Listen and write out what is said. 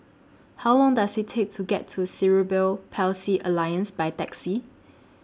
How Long Does IT Take to get to Cerebral Palsy Alliance By Taxi